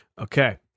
Okay